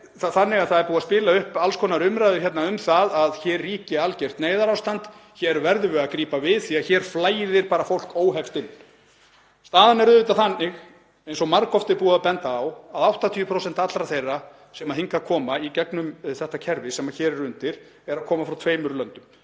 þannig að það er búið að spila upp alls konar umræðu um að hér ríki algjört neyðarástand, að við verðum að grípa inn í því að hér flæði fólk óheft inn. Staðan er auðvitað þannig, eins og margoft er búið að benda á, að 80% allra þeirra sem hingað koma, í gegnum það kerfi sem hér er undir, koma frá tveimur löndum